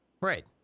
Right